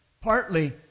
partly